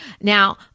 Now